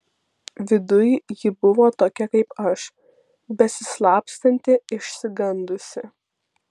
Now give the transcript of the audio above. viduj ji buvo tokia kaip aš besislapstanti išsigandusi